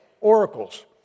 oracles